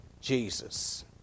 Jesus